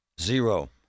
zero